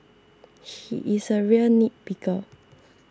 he is a real nitpicker